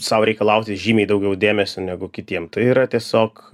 sau reikalauti žymiai daugiau dėmesio negu kitiem tai yra tiesiog